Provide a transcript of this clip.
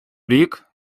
рік